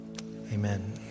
Amen